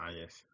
yes